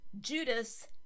Judas